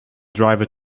driver